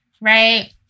right